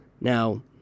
Now